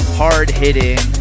hard-hitting